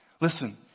Listen